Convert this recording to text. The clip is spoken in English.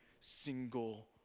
single